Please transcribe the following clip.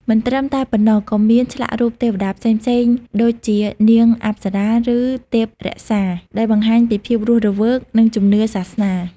មិនត្រឹមតែប៉ុណ្ណោះ ក៏មានឆ្លាក់រូបទេវតាផ្សេងៗដូចជា នាងអប្សរា ឬទេពរក្សា ដែលបង្ហាញពីភាពរស់រវើក និងជំនឿសាសនា។